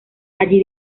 allí